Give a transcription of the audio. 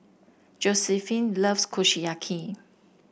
Josiephine loves Kushiyaki